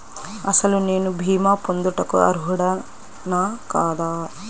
అసలు నేను భీమా పొందుటకు అర్హుడన కాదా?